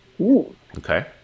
okay